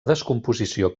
descomposició